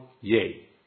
yay